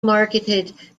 marketed